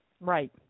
Right